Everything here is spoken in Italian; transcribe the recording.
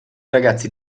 ragazzi